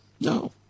No